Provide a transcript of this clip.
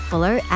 Follow